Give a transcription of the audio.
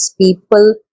people